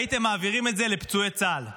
והייתם מעבירים את זה לפצועי צה"ל,